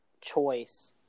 choice